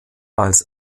als